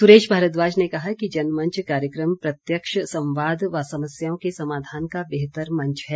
सुरेश भारद्वाज ने कहा कि जनमंच कार्यक्रम प्रत्यक्ष संवाद व समस्याओं के समाधान का बेहतर मंच है